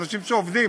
אלה אנשים שעובדים,